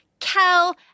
Kel